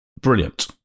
brilliant